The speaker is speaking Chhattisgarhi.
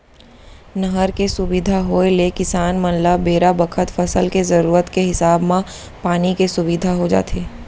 नहर के सुबिधा होय ले किसान मन ल बेरा बखत फसल के जरूरत के हिसाब म पानी के सुबिधा हो जाथे